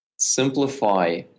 Simplify